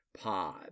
Pod